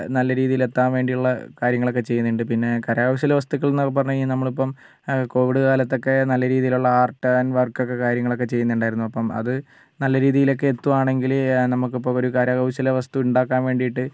നല്ല രീതിയിലെത്താൻ വേണ്ടിയുള്ള കാര്യങ്ങളൊക്കെ ചെയ്യുന്നുണ്ട് പിന്നെ കരകൗശല വസ്തുക്കൾന്നൊക്കെ പറഞ്ഞ് കഴിഞ്ഞാൽ നമ്മളിപ്പം കോവിഡ് കാലത്തൊക്കെ നല്ലരീതിയിലുള്ള ആർട്ട് ആൻഡ് വർക്കൊക്കെ കാര്യങ്ങളൊക്കെ ചെയ്യുന്നുണ്ടായിരുന്നു അപ്പം അത് നല്ല രീതിയിലൊക്കെ എത്തുക ആണെങ്കിൽ നമുക്കിപ്പം ഒരു കരകൗശല വസ്തു ഉണ്ടാക്കാൻ വേണ്ടിയിട്ട്